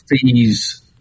fees